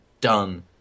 done